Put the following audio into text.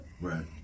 Right